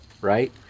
right